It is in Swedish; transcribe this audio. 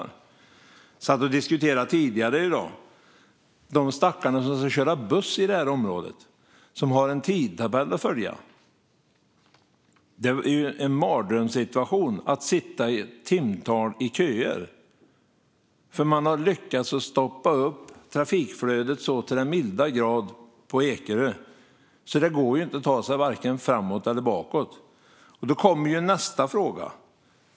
Jag satt tidigare i dag och diskuterade det. De stackarna som ska köra buss i området har en tidtabell att följa. Det är en mardrömssituation att sitta timtal i köer. Man har lyckats att stoppa trafikflödet så till den milda grad på Ekerö att det inte går att ta sig vare sig framåt eller bakåt. Då kommer nästa fråga.